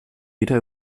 wieder